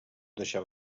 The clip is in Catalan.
deixar